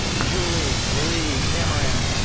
julie marie hammerand.